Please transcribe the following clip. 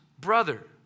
brother